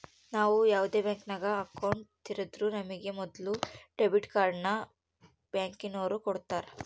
ನಾವು ಯಾವ್ದೇ ಬ್ಯಾಂಕಿನಾಗ ಅಕೌಂಟ್ ತೆರುದ್ರೂ ನಮಿಗೆ ಮೊದುಲು ಡೆಬಿಟ್ ಕಾರ್ಡ್ನ ಬ್ಯಾಂಕಿನೋರು ಕೊಡ್ತಾರ